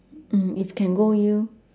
mm if can go U